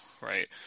right